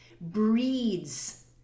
breeds